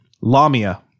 Lamia